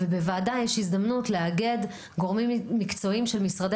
בוועדה יש הזדמנות לאגד גורמים מקצועיים של משרדי